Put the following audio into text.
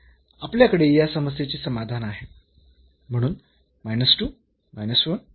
तर आपल्याकडे या समस्येचे समाधान आहे